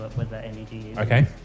Okay